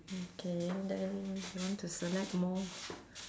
okay then you want to select more